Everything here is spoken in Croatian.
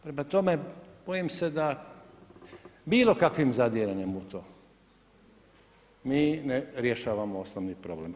Prema tome, bojim se da bilo kakvim zadiranjem u to mi ne rješavamo osnovni problem.